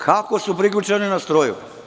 Kako su priključeni na struju?